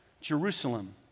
Jerusalem